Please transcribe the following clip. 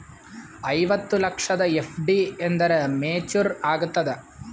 ಐವತ್ತು ಲಕ್ಷದ ಎಫ್.ಡಿ ಎಂದ ಮೇಚುರ್ ಆಗತದ?